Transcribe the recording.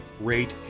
rate